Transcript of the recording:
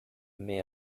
may